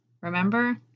Remember